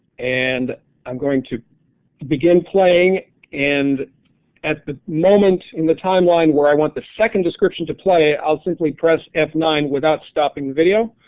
and i'm going to begin playing and at the moment in the timeline where i want the second description to play i'll simply press f nine without stopping the video.